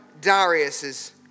Darius's